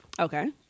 Okay